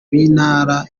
b’intara